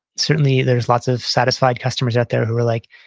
certainly, there's lots of satisfied customers out there who are like,